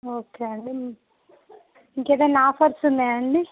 okay అండి ఇంకేదైనా offers ఉన్నాయండి